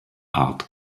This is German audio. art